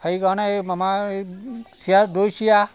সেইকাৰণে আমাৰ চিৰা দৈ চিৰা